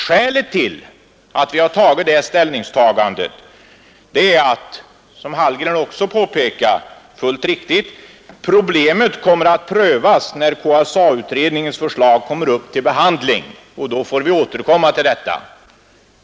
Skälet till vårt ställningstagande är, som herr Hallgren också fullt riktigt påpekade, att problemet skall prövas när KSA-utredningens förslag kommer upp till behandling; då får vi återkomma till detta.